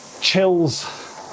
chills